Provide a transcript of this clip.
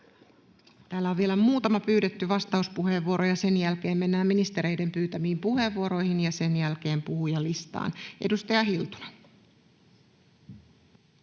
Täällä on vielä muutama pyydetty vastauspuheenvuoro. Sen jälkeen mennään ministereiden pyytämiin puheenvuoroihin ja sen jälkeen puhujalistaan. — Edustaja Hiltunen.